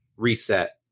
reset